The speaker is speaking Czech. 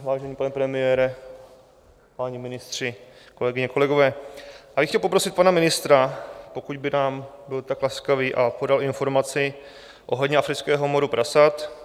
Vážený pane premiére, páni ministři, kolegyně, kolegové, já bych chtěla poprosit pana ministra, pokud by byl tak laskavý a podal nám informaci ohledně afrického moru prasat.